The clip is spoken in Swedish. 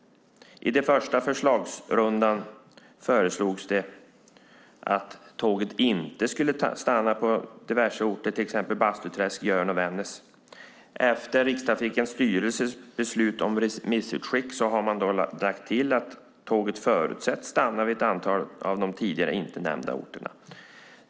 I den första förslagsrundan föreslogs det att tåget inte skulle stanna på diverse orter, till exempel Bastuträsk, Jörn och Vännäs. Efter Rikstrafikens styrelses beslut om remissutskick har man lagt till att tåget förutsätts stanna vid ett antal av de tidigare inte nämnda orterna.